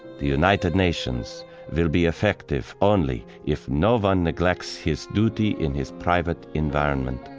the united nations will be effective only if no one neglects his duty in his private environment.